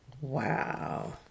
Wow